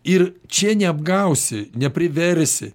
ir čia neapgausi nepriversi